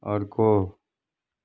अर्को